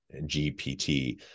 GPT